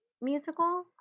musical